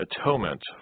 atonement